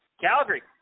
Calgary